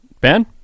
Ben